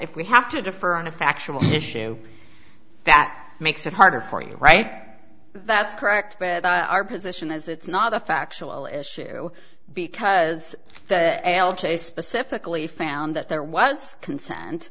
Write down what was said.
if we have to differ on a factual issue that makes it harder for you right that's correct our position is that it's not a factual issue because the male chose specifically found that there was consent